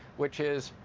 which is,